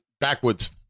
backwards